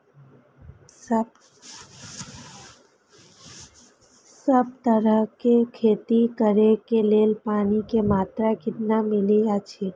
सब तरहक के खेती करे के लेल पानी के मात्रा कितना मिली अछि?